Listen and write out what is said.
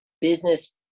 business